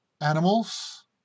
animals